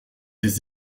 des